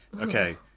okay